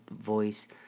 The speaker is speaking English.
voice